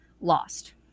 lost